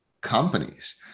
companies